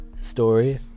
story